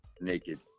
naked